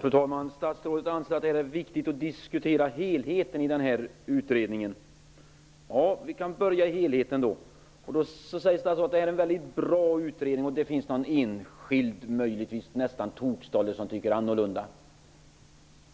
Fru talman! Statsrådet anser att det är viktigt att diskutera helheten i utredningen. Vi kan då börja med helheten. Det sägs att detta är en väldigt bra utredning, men att det möjligen finns någon enskild som nästan är tokstolle och som tycker annorlunda.